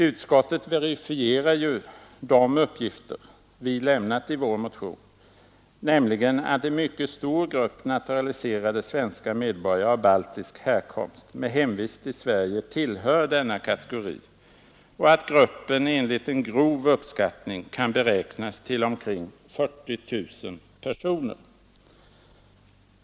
Utskottet verifierar ju de uppgifter vi lämnat i vår motion, nämligen att en mycket stor grupp naturaliserade svenska medborgare av baltisk härkomst med hemvist i Sverige tillhör denna kategori och att gruppen enligt en grov uppskattning kan beräknas till omkring 40 000 personer.